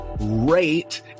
rate